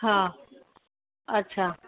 हा अच्छा